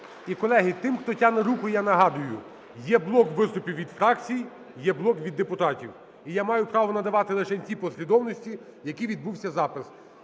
І, колеги, тим, хто тягне руку, я нагадую: є блок виступів від фракцій, є блок від депутатів і я маю право надавати лише в тій послідовності, в якій відбувся запис.